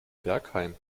bergheim